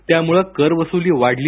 त्यामुळे करवसुली वाढली